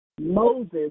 Moses